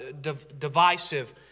divisive